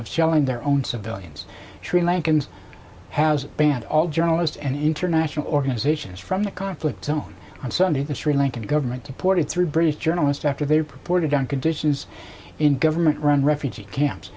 of shelling their own civilians sri lankans has banned all journalist and international organizations from the conflict zone and certainly the sri lankan government to put it through british journalist after they purported on conditions in government run refugee camps